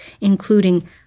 including